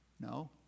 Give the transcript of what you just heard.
No